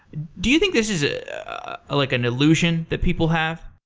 do you think this is ah ah like an illusion that people have?